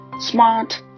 smart